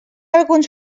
alguns